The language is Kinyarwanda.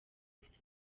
mfite